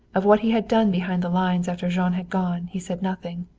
of what he had done behind the lines after jean had gone, he said nothing.